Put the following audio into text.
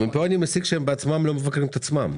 מפה אני מסיק שהם בעצמם לא מבקרים את עצמם.